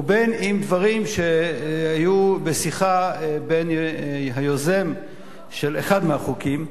ובין שאלה דברים שהיו בשיחה בין היוזם של אחד מהחוקים,